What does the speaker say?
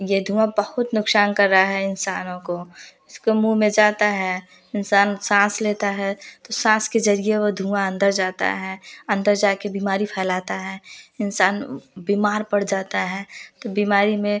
ये धुँआ बहुत नुकसान कर रहा है इंसानों को जिसके मुँह में जाता है इंसान सांस लेता है तो सांस के जरिए वो धुँआ अंदर जाता है अंदर जाके बीमारी फैलाता है इंसान बीमार पड़ जाता है तो बीमारी में